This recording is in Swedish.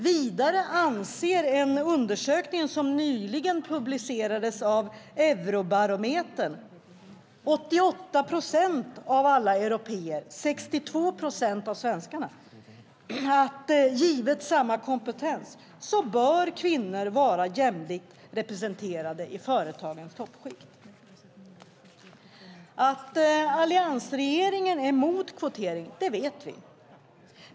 Vidare anser, enligt en undersökning som nyligen publicerades av Eurobarometern, 88 procent av alla européer och 62 procent av svenskarna att givet samma kompetens bör kvinnor vara jämlikt representerade i företagens toppskikt. Att alliansregeringen är emot kvotering vet vi.